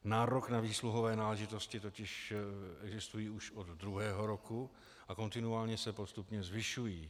Nárok na výsluhové náležitosti totiž existují už od druhého roku a kontinuálně se postupně zvyšují.